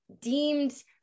deemed